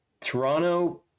Toronto